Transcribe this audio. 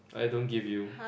I don't give you